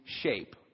shape